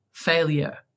Failure